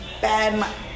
bad